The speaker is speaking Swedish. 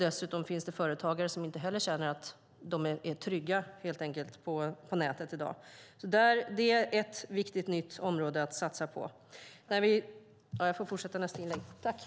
Dessutom finns det företagare som helt enkelt inte känner att de är trygga på nätet i dag. Detta är ett viktigt nytt område att satsa på. Jag får fortsätta i mitt nästa inlägg.